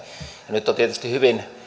nyt on tietysti hyvin